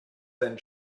then